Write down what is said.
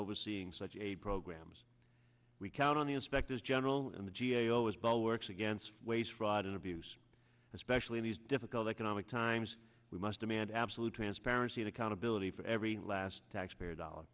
overseeing such a programs we count on the inspectors general and the g a o as ball works against waste fraud and abuse especially in these difficult economic times we must demand absolute transparency and accountability for every last taxpayer dollars